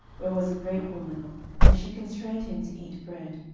where was a great woman and she constrained him to eat bread.